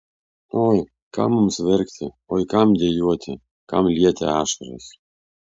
oi kam mums verkti oi kam dejuoti kam lieti ašaras